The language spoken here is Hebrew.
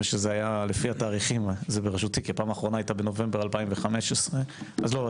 לפי התאריכים זה היה בראשותי כי הפעם האחרונה היתה בנובמבר 2015. לא,